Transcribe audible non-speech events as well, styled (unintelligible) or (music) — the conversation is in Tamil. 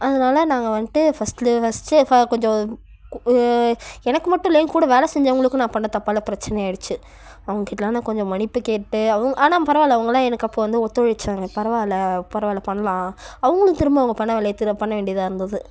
அதனால் நாங்கள் வந்துட்டு ஃபர்ஸ்ட் ஃபர்ஸ்ட் கொஞ்சம் (unintelligible) எனக்கு மட்டும் இல்லை என் கூட வேலை செஞ்சவர்களுக்கும் நான் பண்ண தப்பால் பிரச்சினை ஆகிடுச்சு அவங்க கிட்டலாம் நான் கொஞ்சம் மன்னிப்பு கேட்டு ஆனால் பரவாயில்ல அவங்கலாம் எனக்கு அப்போது ஒத்துழைத்தாங்க பரவாயில்ல பரவாயில்ல பண்ணலாம் அவர்களும் திரும்ப அவங்க பண்ண வேலைய பண்ண வேண்டியதா இருந்துது